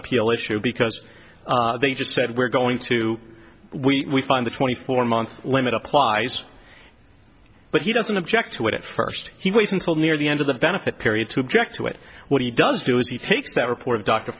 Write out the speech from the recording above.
appeal issue because they just said we're going to we find the twenty four month limit applies but he doesn't object to it at first he waits until near the end of the benefit period to object to it what he does do is he takes that report